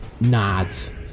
nods